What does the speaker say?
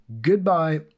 goodbye